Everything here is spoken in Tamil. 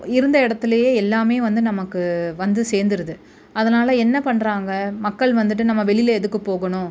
இருந்த இடத்துலையே எல்லாமே வந்து நமக்கு வந்து சேந்துடுது அதனால் என்ன பண்ணுறாங்க மக்கள் வந்துவிட்டு நம்ம வெளியில் எதுக்கு போகணும்